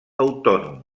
autònom